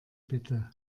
bitte